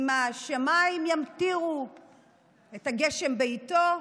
אם השמיים ימטירו את הגשם בעיתו,